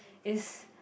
is